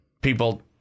People